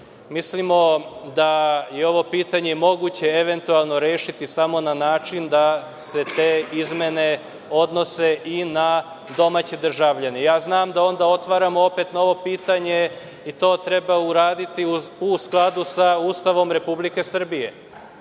Mislimo da je ovo pitanje eventualno moguće rešiti samo na način da se te izmene odnose i na domaće državljane. Znam da onda otvaramo novo pitanje i to treba uraditi u skladu sa Ustavom Republike Srbije,